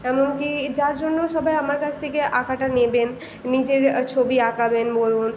এমনকি যার জন্য সবাই আমার কাছ থেকে আঁকাটা নেবেন নিজের ছবি আঁকাবেন বলুন